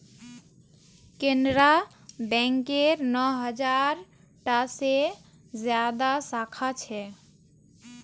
केनरा बैकेर नौ हज़ार टा से ज्यादा साखा छे